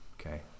okay